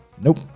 Nope